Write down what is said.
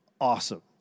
awesome